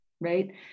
right